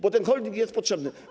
bo ten holding jest potrzebny.